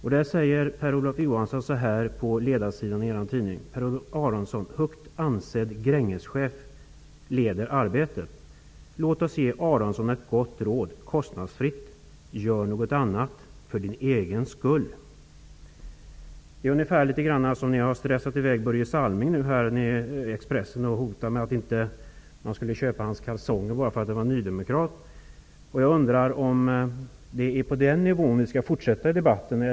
På ledarsidan i er tidning står det: ''Per-Olof Aronsson, högt ansedd Låt oss ge Aronsson ett gott råd, kostnadsfritt: Gör något annat. För Din egen skull.'' På ungefär samma sätt har man stressat Börje Salming. I Expressen skrivs det att man inte skall köpa hans kalsonger bara för att han är nydemokrat. Jag undrar om det är på den nivån vi skall fortsätta debatten.